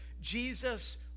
Jesus